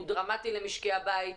הוא דרמטי למשקי הבית,